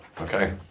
Okay